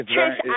Trish